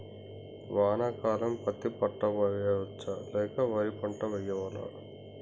వానాకాలం పత్తి పంట వేయవచ్చ లేక వరి పంట వేయాలా?